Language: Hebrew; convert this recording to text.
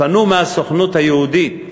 פנו מהסוכנות היהודית בבקשה: